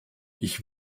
ich